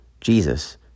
Jesus